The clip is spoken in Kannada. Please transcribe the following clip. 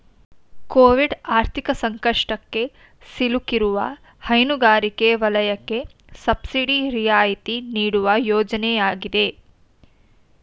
ಕೋವಿಡ್ ಆರ್ಥಿಕ ಸಂಕಷ್ಟಕ್ಕೆ ಸಿಲುಕಿರುವ ಹೈನುಗಾರಿಕೆ ವಲಯಕ್ಕೆ ಸಬ್ಸಿಡಿ ರಿಯಾಯಿತಿ ನೀಡುವ ಯೋಜನೆ ಆಗಿದೆ